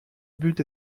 but